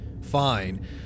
fine